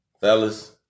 fellas